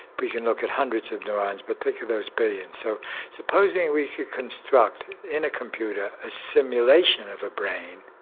we can look at hundreds of neurons but think of those billions. so supposing we could construct in a computer a simulation of a brain,